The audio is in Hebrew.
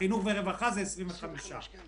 חינוך ורווחה זה 25 מיליון שקל.